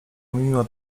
mimo